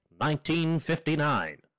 1959